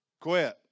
Quit